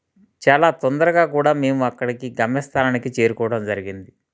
చాలా తొందరగా కూడా మేము అక్కడికి గమ్యస్థానానికి చేరుకోవడం జరిగింది